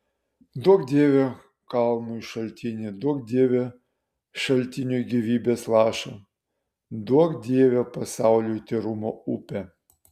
duok dieve kalnui šaltinį duok dieve šaltiniui gyvybės lašą duok dieve pasauliui tyrumo upę